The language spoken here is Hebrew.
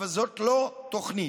אבל זאת לא תוכנית.